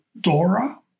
DORA